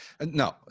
No